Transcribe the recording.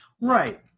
Right